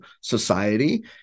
society